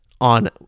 On